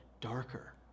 darker